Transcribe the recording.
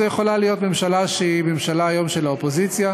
זו יכולה להיות ממשלה שהיא היום ממשלה של האופוזיציה.